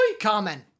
Comment